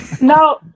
No